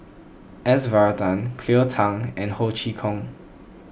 S Varathan Cleo Thang and Ho Chee Kong